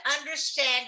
understand